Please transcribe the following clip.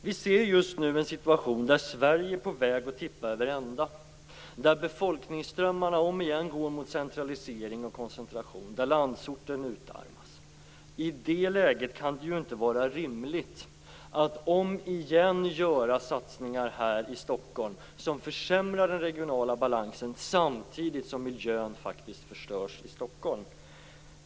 Vi ser just nu en situation där Sverige är på väg att tippa över ända, där befolkningsströmmarna om igen går mot centralisering och koncentration, där landsorten utarmas. I det läget kan det inte vara rimligt att om igen göra satsningar här i Stockholm som försämrar den regionala balansen samtidigt som miljön faktiskt förstörs i Stockholm.